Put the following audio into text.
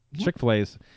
chick-fil-a's